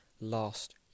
last